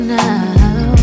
now